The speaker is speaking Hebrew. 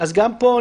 רק לפני זה.